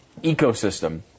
ecosystem